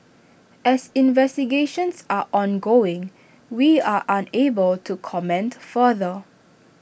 as investigations are ongoing we are unable to comment further